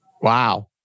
Wow